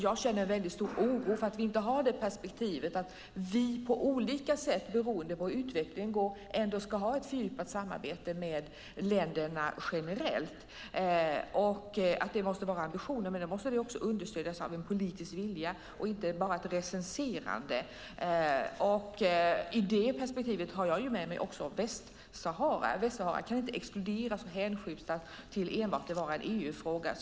Jag känner en mycket stor oro för att vi inte har det perspektivet att vi på olika sätt, beroende på hur utvecklingen går, ska ha ett fördjupat samarbete med länderna generellt. Det måste vara ambitionen, men det måste också understödjas av en politisk vilja och inte bara av ett recenserande. I det perspektivet har jag också med mig Västsahara. Västsahara kan inte exkluderas och hänskjutas till att enbart vara en EU-fråga.